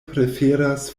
preferas